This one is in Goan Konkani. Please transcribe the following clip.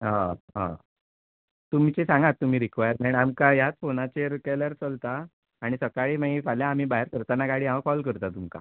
तुमचें सांगात तुमी रिक्वायमॅण आमकां ह्यात फोनाचेर केल्यार चलता आनी सकाळीं मागीर फाल्यां आमी भायर सरताना गाडी हांव कॉल करता तुमकां